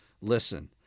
Listen